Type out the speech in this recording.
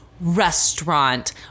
restaurant